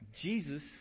Jesus